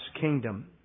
kingdom